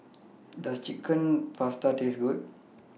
Does Chicken Pasta Taste Good